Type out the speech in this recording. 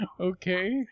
Okay